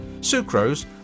Sucrose